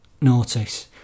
notice